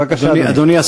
בבקשה, אדוני.